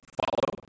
follow